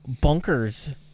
Bunkers